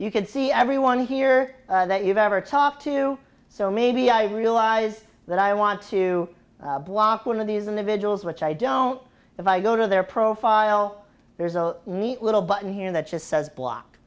you could see everyone here that you've ever talked to so maybe i realize that i want to block one of these individuals which i don't if i go to their profile there's a neat little button here that just says block